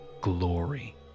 glory